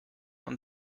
und